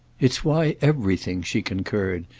it's why everything! she concurred.